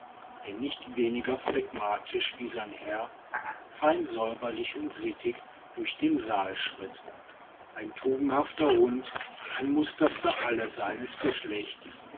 der nicht weniger phlegmatisch wie sein herr fein säuberlich und sittig durch den saal schritt ein tugendhafter hund ein muster für alle seines geschlechts